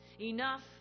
Enough